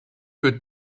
wird